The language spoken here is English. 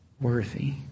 worthy